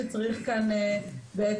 שצריך כאן בעצם